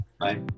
Bye